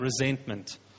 resentment